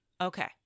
Okay